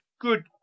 good